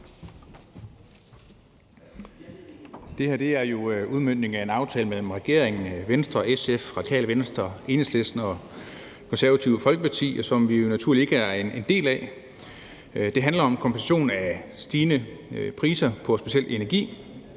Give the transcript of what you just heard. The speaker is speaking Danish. Det her er jo udmøntningen af en aftale mellem regeringen, Venstre, SF, Radikale Venstre, Enhedslisten og Det Konservative Folkeparti, som vi jo naturligt nok ikke er en del af. Det handler om kompensation for stigende priser på specielt energi.